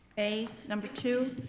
a number two,